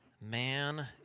man